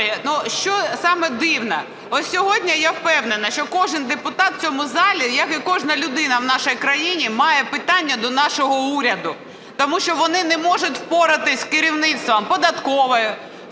що саме дивно, ось сьогодні, я впевнена, що кожен депутат в цьому залі, як і кожна людина в нашій країні, має питання до нашого уряду. Тому що вони не можуть впоратись з керівництвом податкової,